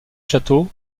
château